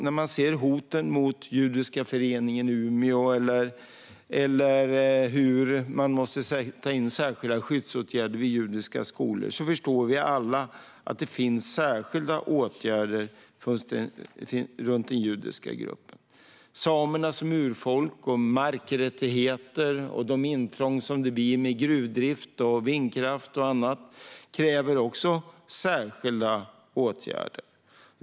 När vi ser hoten mot Judiska föreningen i Umeå eller hur man måste sätta in särskilda skyddsåtgärder vid judiska skolor förstår vi alla att det behövs särskilda åtgärder för den judiska gruppen. Samerna som urfolk, markrättigheter och de intrång som gruvdrift, vindkraft och annat innebär kräver också särskilda åtgärder.